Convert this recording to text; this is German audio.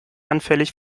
anfällig